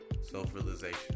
Self-realization